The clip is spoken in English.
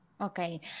Okay